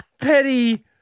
petty